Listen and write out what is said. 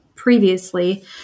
previously